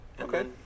Okay